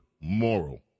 moral